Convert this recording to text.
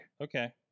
Okay